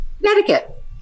Connecticut